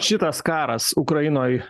šitas karas ukrainoj